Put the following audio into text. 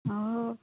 हय